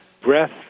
breath